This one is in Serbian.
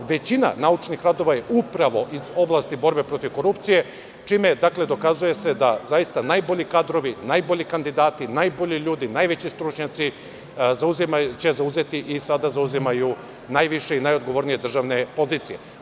Većina naučnih radova je upravo iz oblasti borbe protiv korupcije, čime se dokazuje da najbolji kadrovi, najbolji kandidati, najbolji ljudi, najveći stručnjaci će zauzimati i sada zauzimaju najviše i najodgovornije državne pozicije.